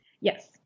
yes